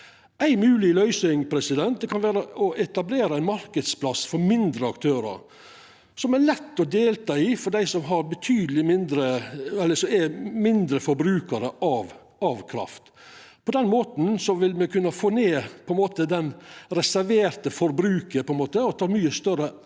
Ei mogleg løysing kan vera å etablera ein marknadsplass for mindre aktørar, som er lett å delta i for dei som er mindre forbrukarar av kraft. På den måten vil me kunna få ned det reserverte forbruket og ta mykje større omsyn til